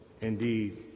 Indeed